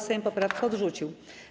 Sejm poprawkę odrzucił.